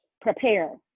prepare